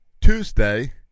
Tuesday